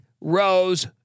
Rose